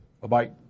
Bye-bye